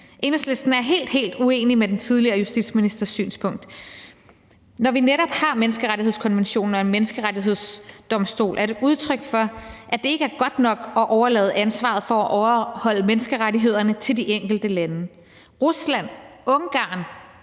Enhedslisten er helt, helt uenig i den tidligere justitsministers synspunkt. Når vi netop har menneskerettighedskonventionen og en menneskerettighedsdomstol, er det udtryk for, at det ikke er godt nok at overlade ansvaret for at overholde menneskerettighederne til de enkelte lande. Rusland, Ungarn